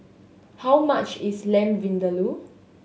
how much is Lamb Vindaloo